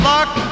Luck